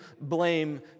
blame